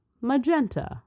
magenta